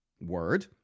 word